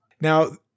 Now